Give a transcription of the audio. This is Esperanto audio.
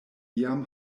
iam